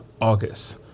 august